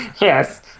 Yes